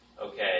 okay